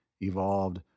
evolved